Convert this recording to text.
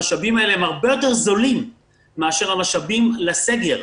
המשאבים האלה הם הרבה יותר זולים מאשר המשאבים לסגר,